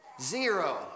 Zero